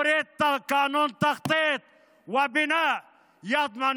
אנחנו רוצים חוק תכנון ובנייה שמבטיח